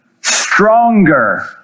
stronger